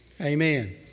Amen